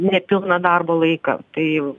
nepilną darbo laiką tai